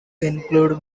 include